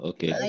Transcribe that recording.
Okay